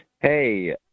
hey